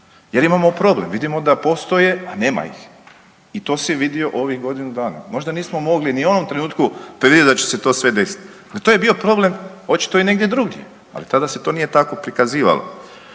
Jer imamo problem. Vidimo da postoje, a nema ih. Ima ih i to se vidi u ovih godinu dana. Možda nismo mogli ni u onom trenutku predvidjeti da će se to sve desiti. Pa to je bio problem očito i negdje drugdje, ali tada se to nije tako prikazivalo.